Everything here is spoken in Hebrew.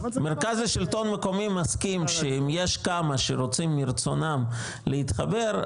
מרכז השלטון המקומי מסכים שאם יש כמה שרוצים מרצונם להתחבר,